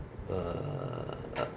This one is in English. uh uh